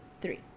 three